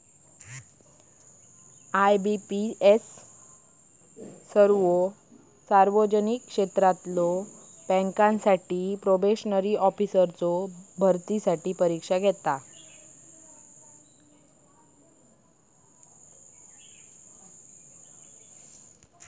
IBPS सर्वो सार्वजनिक क्षेत्रातला बँकांसाठी प्रोबेशनरी ऑफिसर्सचो भरतीसाठी परीक्षा घेता